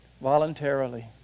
voluntarily